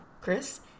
Chris